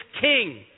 king